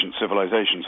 civilizations